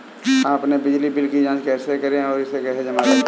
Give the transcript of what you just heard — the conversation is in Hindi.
हम अपने बिजली बिल की जाँच कैसे और इसे कैसे जमा करें?